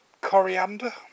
coriander